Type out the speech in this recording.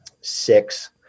six